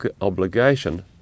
obligation